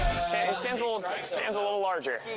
stands stands a little stands a little larger.